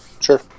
Sure